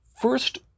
First